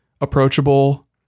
approachable